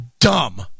dumb